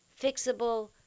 fixable